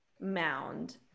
mound